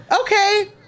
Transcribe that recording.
okay